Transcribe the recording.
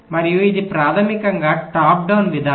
మరియు ఇది ప్రాథమికంగా టాప్ డౌన్ విధానం